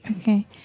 Okay